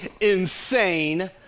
insane